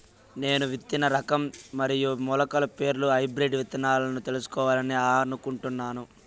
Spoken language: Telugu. నేను విత్తన రకం మరియు మొలకల పేర్లు హైబ్రిడ్ విత్తనాలను తెలుసుకోవాలని అనుకుంటున్నాను?